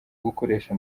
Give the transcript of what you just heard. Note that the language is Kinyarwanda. gukoresha